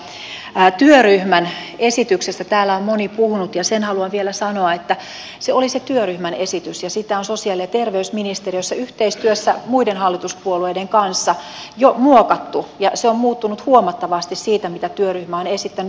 työryhmän esityksestä täällä on moni puhunut ja sen haluan vielä sanoa että se oli työryhmän esitys ja sitä on sosiaali ja terveysministeriössä yhteistyössä muiden hallituspuolueiden kanssa jo muokattu ja se on muuttunut huomattavasti siitä mitä työryhmä on esittänyt